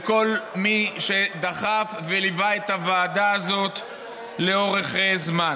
לכל מי שדחף וליווה את הוועדה הזאת לאורך זמן.